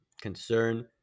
concern